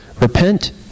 Repent